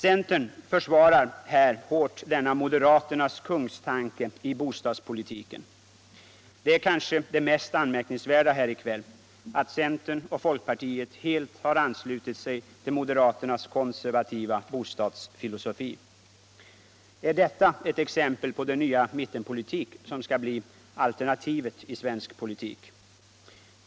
Centern försvarar hårt denna moderaternas kungstanke i bostadspolitiken. Det är kanske det mest anmärkningsvärda här i kväll — att centern och folkpartiet helt har anslutit sig till moderaternas konservativa bostadsfilosofi. Är detta ett exempel på den nya mittenpolitik som skall bli alternativet i svensk politik?